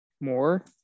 more